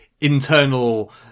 internal